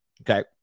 Okay